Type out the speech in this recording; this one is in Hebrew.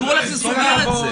עכשיו הוא הולך וסוגר את זה.